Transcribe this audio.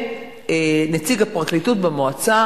נציג הפרקליטות במועצה,